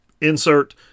insert